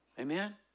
Amen